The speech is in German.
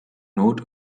not